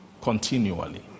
continually